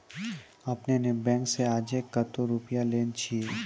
आपने ने बैंक से आजे कतो रुपिया लेने छियि?